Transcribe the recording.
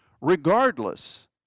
regardless